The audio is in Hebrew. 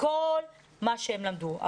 מכל מה שהם למדו.